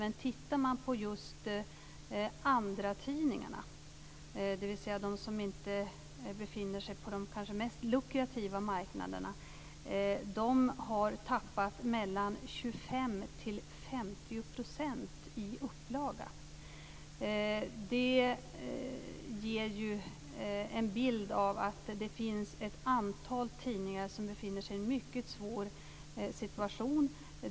Men tittar man på just andratidningarna, dvs. de som inte befinner sig på de mest lukrativa marknaderna, finner man att de har tappat 25-50 % i upplaga. Det ger ju en bild av att det finns ett antal tidningar som befinner sig i en mycket svår situation.